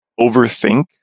overthink